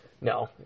No